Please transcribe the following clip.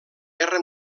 guerra